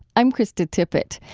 i'm krista tippett.